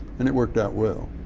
and it worked out well,